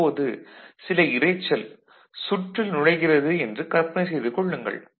இப்போது சில இரைச்சல் சுற்றில் நுழைகிறது என்று கற்பனை செய்து கொள்ளுங்கள்